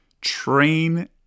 train